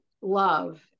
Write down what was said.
love